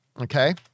Okay